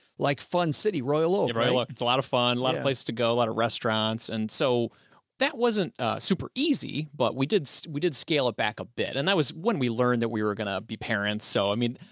like fun city, royal oak. andy ah it's a lot of fun. lot of places to go, a lot of restaurants. and so that wasn't super easy, but we did, so we did scale it back a bit and that was when we learned that we were going to be parents. so i mean,